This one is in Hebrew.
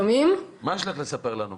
מה יש לך לספר לנו?